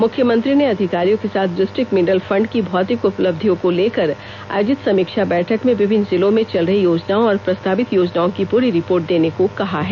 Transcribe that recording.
मुख्यमंत्री ने अधिकारियों के साथ डिस्ट्रिक्ट मिनरल फंड की भौतिक उपलब्धियों को लेकर आयोजित समीक्षा बैठक में विभिन्न जिलों में चल रही योजनाओं और प्रस्तावित योजनाओं की पूरी रिपोर्ट देने को कहा है